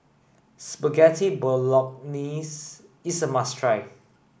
Spaghetti Bologneses is a must try